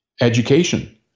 Education